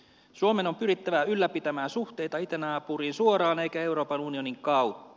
suomen on pyrittävä ylläpitämään suhteita itänaapuriin suoraan eikä euroopan unionin kautta